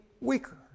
weaker